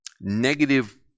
negative